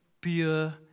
pure